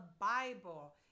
Bible